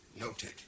noted